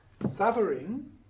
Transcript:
Suffering